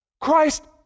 Christ